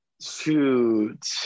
Shoot